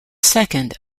second